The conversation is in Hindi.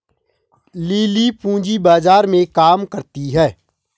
लिली पूंजी बाजार में काम करती है